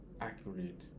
accurate